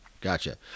Gotcha